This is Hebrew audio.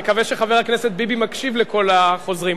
אני מקווה שחבר הכנסת ביבי מקשיב לכל החוזרים.